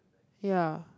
ya